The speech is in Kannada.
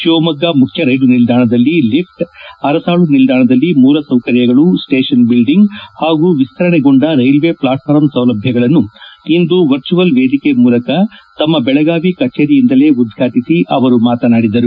ತಿವಮೊಗ್ಗ ಮುಖ್ಯ ರೈಲು ನಿಲ್ದಾಣದಲ್ಲಿ ಲಿಫ್ಟ್ ಅರಸಾಳು ನಿಲ್ದಾಣದಲ್ಲಿ ಮೂಲಸೌಕರ್ಯಗಳು ಸ್ವೇಷನ್ ಬಿಲ್ಲಿಂಗ್ ಹಾಗೂ ವಿಸ್ತರಣೆಗೊಂಡ ರೈಲ್ವೆ ಫ್ಲಾಟ್ ಫಾರ್ಮ್ ಸೌಲಭ್ಯಗಳನ್ನು ಇಂದು ವರ್ಚುವಲ್ ವೇದಿಕೆ ಮೂಲಕ ತಮ್ಮ ಬೆಳಗಾವಿ ಕಚೇರಿಯಿಂದಲೇ ಉದ್ವಾಟಿಸಿ ಅವರು ಮಾತನಾಡಿದರು